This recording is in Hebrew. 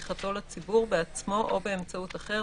בעצמו או באמצעות אחר,